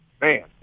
man